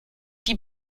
die